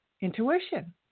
intuition